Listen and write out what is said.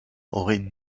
aurait